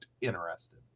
interested